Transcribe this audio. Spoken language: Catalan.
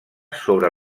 sobre